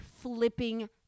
flipping